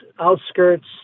outskirts